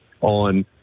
on